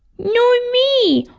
no me!